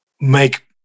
make